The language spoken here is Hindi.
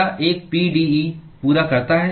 क्या एक pde पूरा करता है